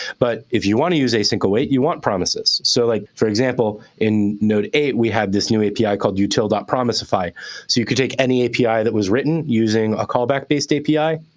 but if you want to use async await, you want promises. so like, for example, in node eight, we have this new api called util promisify. so you could take any api that was written using a callback-based api.